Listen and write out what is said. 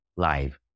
live